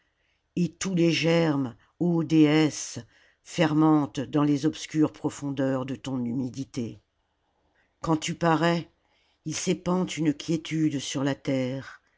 et tous les germes ô déesse fermentent dans les obscures profondeurs de ton humidité quand tu parais il s'épand une quiétude sur la terre